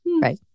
Right